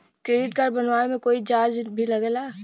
Credit card बनवावे के कोई चार्ज भी लागेला?